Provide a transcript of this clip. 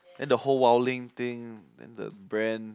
then the whole wildling thing then the bran